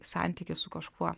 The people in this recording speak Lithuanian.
santykį su kažkuo